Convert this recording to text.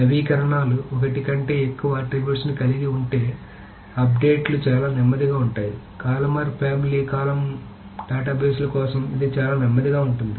నవీకరణలు ఒకటి కంటే ఎక్కువ ఆట్రిబ్యూట్స్ ను కలిగి ఉంటే అప్డేట్ లు చాలా నెమ్మదిగా ఉంటాయి కాలుమనార్ ఫ్యామిలీ కాలమ్ డేటాబేస్ల కోసం ఇది చాలా నెమ్మదిగా ఉంటుంది